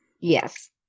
Yes